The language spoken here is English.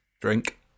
Drink